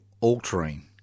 altering